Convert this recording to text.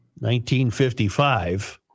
1955